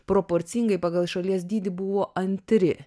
proporcingai pagal šalies dydį buvo antri